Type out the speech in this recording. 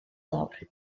lawr